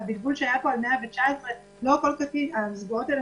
הבלבול שהיה פה על 119 המסגרות האלה,